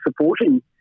supporting